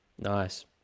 nice